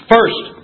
First